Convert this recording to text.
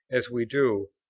as we do,